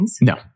No